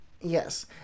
yes